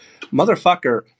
motherfucker